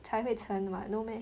才会沉 [what] no meh